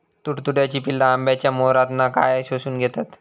तुडतुड्याची पिल्ला आंब्याच्या मोहरातना काय शोशून घेतत?